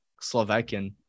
Slovakian